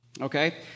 okay